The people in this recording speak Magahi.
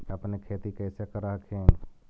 अपने खेती कैसे कर हखिन?